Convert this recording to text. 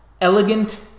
elegant